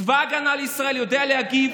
צבא ההגנה לישראל יודע להגיב